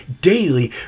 daily